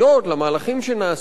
למהלכים שנעשו.